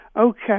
okay